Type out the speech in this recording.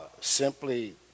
Simply